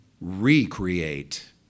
recreate